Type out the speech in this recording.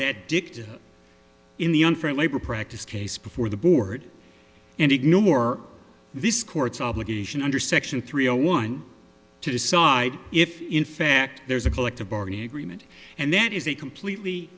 that dictum in the unfair labor practice case before the board and ignore this court's obligation under section three zero one to decide if in fact there's a collective bargaining agreement and that is a completely